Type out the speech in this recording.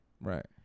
Right